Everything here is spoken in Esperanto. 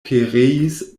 pereis